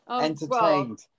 entertained